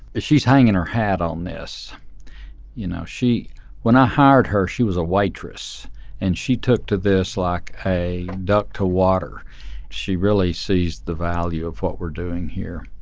she's hanging her hand on this you know she when i hired her she was a waitress and she took to this like a duck to water she really sees the value of what we're doing here